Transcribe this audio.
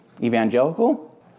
Evangelical